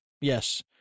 Yes